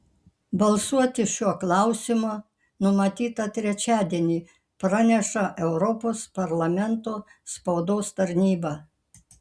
balsuoti šiuo klausimu numatyta trečiadienį praneša europos parlamento spaudos tarnyba